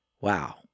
wow